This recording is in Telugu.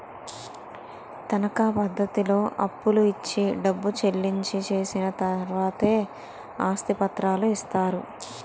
తనకా పద్ధతిలో అప్పులు ఇచ్చి డబ్బు చెల్లించి చేసిన తర్వాతే ఆస్తి పత్రాలు ఇస్తారు